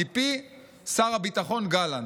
מפי שר הביטחון גלנט.